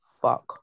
fuck